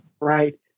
right